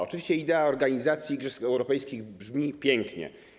Oczywiście idea organizacji igrzysk europejskich brzmi pięknie.